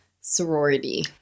sorority